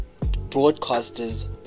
Broadcasters